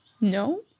No